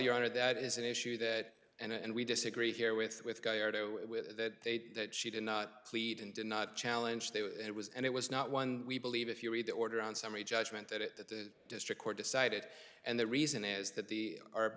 your honor that is an issue that and we disagree here with with that that she did not plead and did not challenge the it was and it was not one we believe if you read the order on summary judgment that it that the district court decided and the reason is that the are